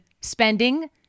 spending